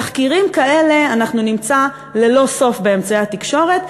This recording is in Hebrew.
תחקירים כאלה אנחנו נמצא ללא סוף באמצעי התקשורת,